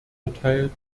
urteil